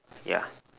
ya